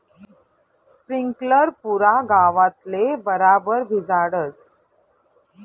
sprinkler पुरा गावतले बराबर भिजाडस